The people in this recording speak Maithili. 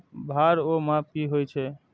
भार ओर माप की होय छै?